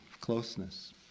closeness